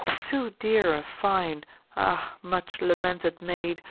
too dear a fine, ah much lamented maid,